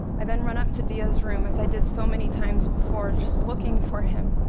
i then run up to deah's room as i did so many times before, just looking for him,